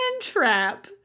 trap